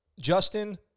Justin